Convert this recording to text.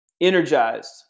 energized